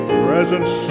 presence